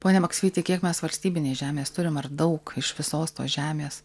pone maksvytį kiek mes valstybinės žemės turim ar daug iš visos tos žemės